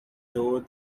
tore